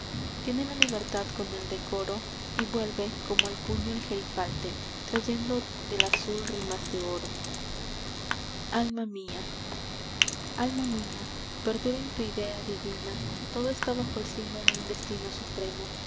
tiene la libertad con el decoro y vuelve como al puño el gerifalte trayendo del azul rimas de oro alma mía alma mía perdura en tu idea divina todo está bajo el signo de un destino supremo